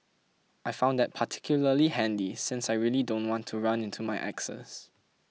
I found that particularly handy since I really don't want to run into my exes